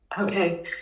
Okay